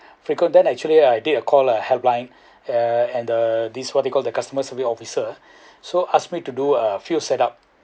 frequent then actually I did a call a helpline uh and the this what you call the customer service officer so asked me to do a few setup